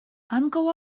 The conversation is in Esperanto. ankaŭ